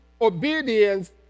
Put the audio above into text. obedience